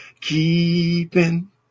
keeping